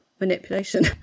manipulation